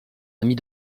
amis